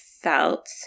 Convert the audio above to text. felt